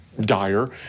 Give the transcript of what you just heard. dire